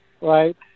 right